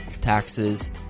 taxes